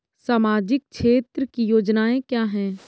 सामाजिक क्षेत्र की योजनाएँ क्या हैं?